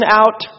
out